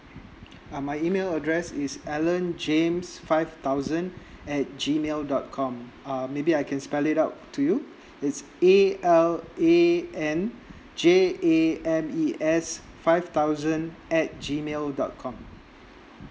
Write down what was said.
uh my email address is alan james five thousand at G mail dot com uh maybe I can spell it up to you it's A L A N J A M E S five thousand at G mail dot com